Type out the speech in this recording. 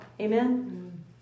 Amen